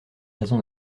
raison